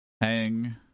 hang